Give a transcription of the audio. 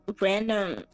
random